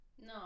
No